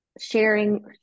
sharing